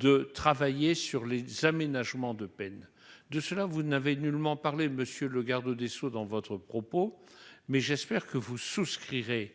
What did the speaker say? de travailler sur les aménagements de peine. De cela, vous n'avez nullement parlé, monsieur le garde des sceaux, dans votre propos introductif, mais j'espère que vous souscrirez